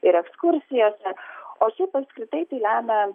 ir ekskursijose o šiaip apskritai tai lemia